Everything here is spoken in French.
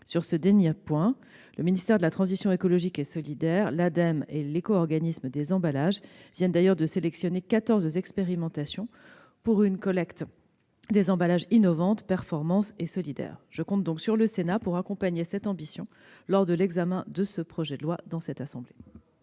Sur ce dernier point, le ministère de la transition écologique et solidaire, l'Ademe et l'éco-organisme des emballages viennent de sélectionner quatorze expérimentations pour une collecte des emballages innovante, performante et solidaire. Je compte sur le Sénat pour accompagner cette ambition lors de l'examen du projet de loi. Ce n'était